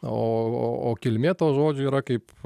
o o kilmė to žodžio yra kaip